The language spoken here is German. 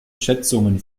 schätzungen